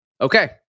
okay